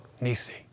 Nisi